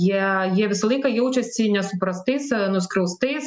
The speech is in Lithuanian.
jie jie visą laiką jaučiasi nesuprastais save nuskriaustais